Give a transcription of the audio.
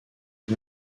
une